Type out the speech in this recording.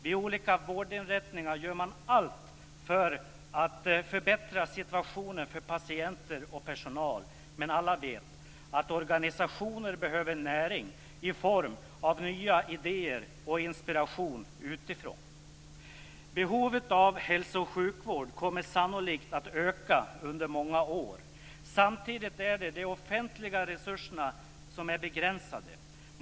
Vid olika vårdinrättningar gör man allt för att förbättra situationen för patienter och personal, men alla vet att organisationer behöver näring i form av nya idéer och inspiration utifrån. Behovet av hälso och sjukvård kommer sannolikt att öka under många år. Samtidigt är det de offentliga resurserna som är begränsade.